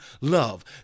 love